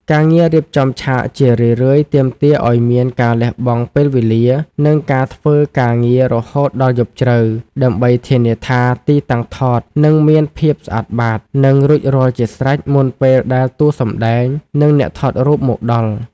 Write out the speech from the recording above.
ការងាររៀបចំឆាកជារឿយៗទាមទារឱ្យមានការលះបង់ពេលវេលា និងការធ្វើការងាររហូតដល់យប់ជ្រៅ ដើម្បីធានាថាទីតាំងថតនឹងមានភាពស្អាតបាត និងរួចរាល់ជាស្រេចមុនពេលដែលតួសម្ដែង និងអ្នកថតរូបមកដល់។